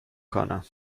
کنم